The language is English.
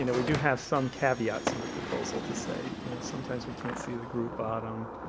you know we do have some caveats in the proposal to say, you know, sometimes we can't see the groove bottom,